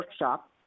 workshop